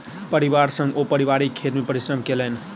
परिवार संग ओ पारिवारिक खेत मे परिश्रम केलैन